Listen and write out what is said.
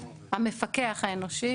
המפוקח,